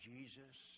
Jesus